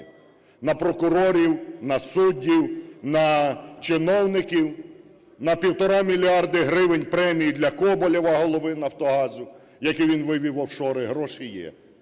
На прокурорів, на суддів, на чиновників, на півтора мільярди гривень премії для Коболєва Голови "Нафтогазу", які він вивів в офшори, гроші є.